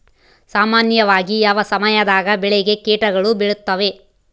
ಸಾಮಾನ್ಯವಾಗಿ ಯಾವ ಸಮಯದಾಗ ಬೆಳೆಗೆ ಕೇಟಗಳು ಬೇಳುತ್ತವೆ?